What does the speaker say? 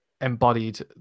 embodied